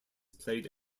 played